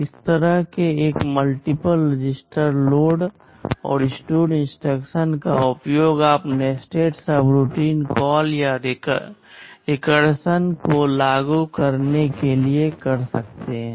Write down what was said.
इस तरह के एक मल्टीपल रजिस्टर लोड और स्टोर इंस्ट्रक्शन का उपयोग आप नेस्टेड सबरूटीन कॉल या रिकर्सन को लागू करने के लिए कर सकते हैं